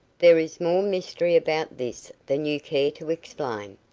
there is more mystery about this than you care to explain.